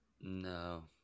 no